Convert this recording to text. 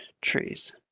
trees